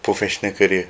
professional career